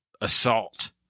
assault